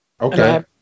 Okay